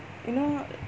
you know